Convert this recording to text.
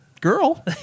girl